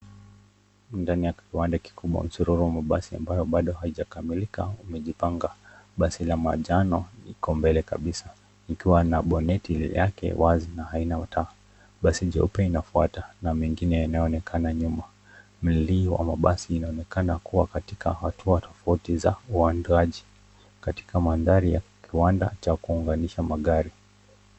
Ndani ya kiwanda kikubwa msororo wa basi ambayo bado haijakamilika imejipanga. Basi la manjano liko mbele kabisa ikiwa na boneti yake wazi na haina taa. Basi jeupe inafuata na mengine inayoonekana nyuma. Milio wa mabasi inaonekena ikiwa katika hatua tofauti za uondoaji katika mandhari ya kiwanda cha kuunganisha magari.